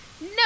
No